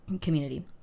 community